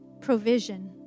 Provision